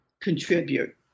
contribute